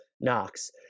Knox